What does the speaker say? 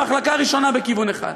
במחלקה ראשונה בכיוון אחד.